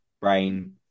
brain